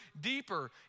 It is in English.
deeper